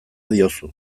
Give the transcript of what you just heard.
diozu